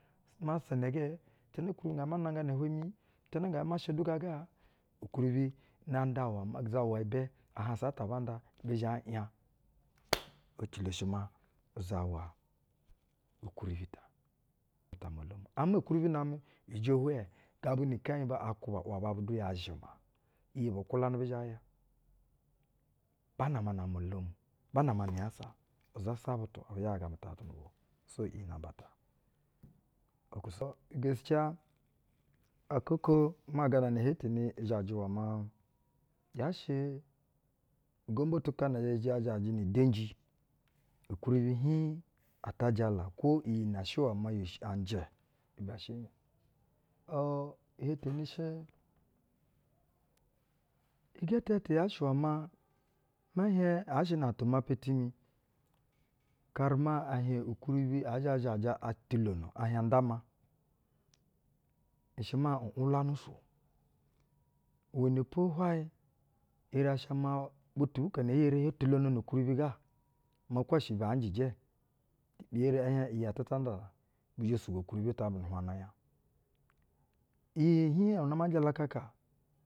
Ma sa inɛ jɛ? Jita ngɛ zhɛ ma naƞgana-ihuɛ mii? Jita ngɛ zhɛ ma sha du gaa ga? Ukwuribi ya nda iwɛ maa, uzama ibɛ ahaƞsa ata aba nda bi zhɛ ‘nya. Ecilo shɛ maa uzawa ukwuribi ugwumɛ. Ama ukwuribi namɛ ijo hwɛɛ gabu ni ikɛnyɛ aa kwuba u’waba du ya zhɛma. Iyi bu kwuwanɛ bi zha ya. Ba naman a-amɛ-alo, ban ama nu-unyasa, izasa batu ɛbi zhɛ ‘yago amɛ tuhaƞtu nu bwa o. so, iyi namba ta um okwu sa. Geskiya akak oko maa ganana ihetene izhajɛ iwɛ maa, yaa shɛ ugomba tu kana eri ya zhajɛ ni denji, ukwuribi hƞ ata jala kwo iyi, nɛ shɛ iwɛsh maa anjɛ ibɛ shɛ? ‘O ijetene shɛɛ, igɛtɛ ti yaa shɛ iwɛ maa, mɛ hieƞ yaa shɛ na tumapa timi, karɛ maa ɛ hieƞ ukwuribi aa zha zhajɛ otulono ɛ hieƞ nda ma, i shɛ maa i n’wulwanu su. Iwɛnɛ po hwayɛ eri ya sha maa butu bu ko nae hi eri hio tulonono ukwuribi ga maa kwo shɛ baa njɛ ijɛ, bi eri bɛ hieƞ iyi atɛ zhɛ ta nda na. bi zhɛ sugwo ukwuribi ta nu hwaƞna nya. Iyi ihiiƞna ama jalokaka.